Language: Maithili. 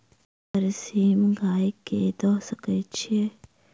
बरसीम गाय कऽ दऽ सकय छीयै?